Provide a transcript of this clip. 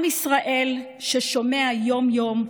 עם ישראל ששומע יום-יום,